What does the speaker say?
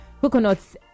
coconuts